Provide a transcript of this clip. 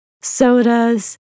sodas